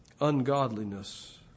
ungodliness